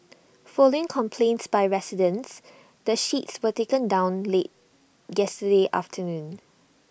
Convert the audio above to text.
following complaints by residents the sheets were taken down late yesterday afternoon